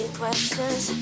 questions